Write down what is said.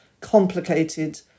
complicated